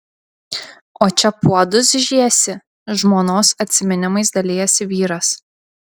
o čia puodus žiesi žmonos atsiminimais dalijasi vyras